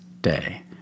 day